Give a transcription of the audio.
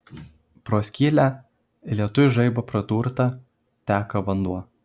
pro skylę lietuj žaibo pradurtą teka vanduo